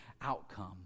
outcome